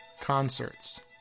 Concerts